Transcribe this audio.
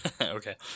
Okay